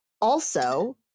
Also-